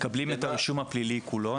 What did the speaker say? מקבלים את הרישום הפלילי כולו,